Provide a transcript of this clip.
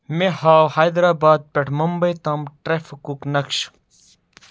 مےٚ ہاو حایدرا آباد پیٹھ ممبئی تام ٹریفکُک نقشہِ